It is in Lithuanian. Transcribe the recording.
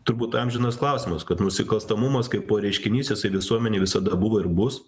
turbūt amžinas klausimas kad nusikalstamumas kaipo reiškinys jisai visuomenėj visada buvo ir bus